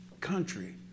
country